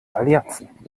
allianzen